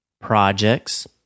projects